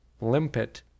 limpet